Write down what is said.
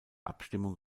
abstimmung